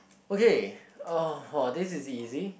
okay uh !wah! this is easy